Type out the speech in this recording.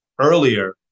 earlier